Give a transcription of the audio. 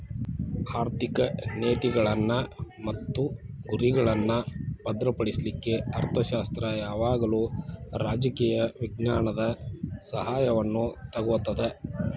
ಆರ್ಥಿಕ ನೇತಿಗಳ್ನ್ ಮತ್ತು ಗುರಿಗಳ್ನಾ ಭದ್ರಪಡಿಸ್ಲಿಕ್ಕೆ ಅರ್ಥಶಾಸ್ತ್ರ ಯಾವಾಗಲೂ ರಾಜಕೇಯ ವಿಜ್ಞಾನದ ಸಹಾಯವನ್ನು ತಗೊತದ